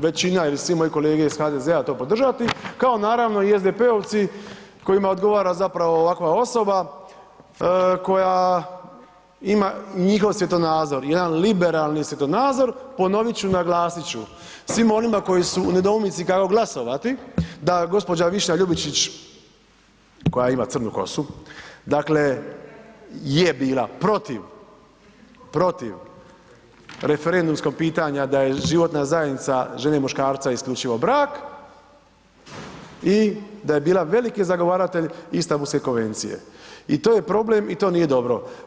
većina ili svi moji kolege iz HDZ-a to podržati, kao naravno i SDP-ovci kojima odgovara zapravo ovakva osoba koja ima njihov svjetonazor, jedan liberalni svjetonazor, ponovit ću, naglasit ću svim onima koji su u nedoumici kako glasovati, da gđa. Višnja Ljubičić koja ima crnu kosu, dakle je bila protiv, protiv referendumskog pitanja da je životna zajednica žene i muškarca isključivo brak i da je bila veliki zagovaratelj Istambulske konvencije i to je problem i to nije dobro.